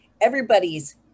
Everybody's